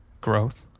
growth